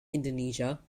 indonesia